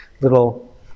little